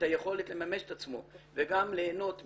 היכולת לממש את עצמו וגם ליהנות מהשכר,